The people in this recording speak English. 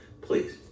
Please